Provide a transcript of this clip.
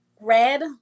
Red